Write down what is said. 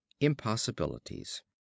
Impossibilities